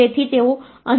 તેથી તે 2 છે